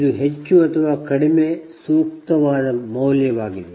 ಇದು ಹೆಚ್ಚು ಅಥವಾ ಕಡಿಮೆ ಸೂಕ್ತವಾದ ಮೌಲ್ಯವಾಗಿದೆ